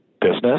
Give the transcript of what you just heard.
business